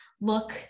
look